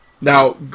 now